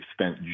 spent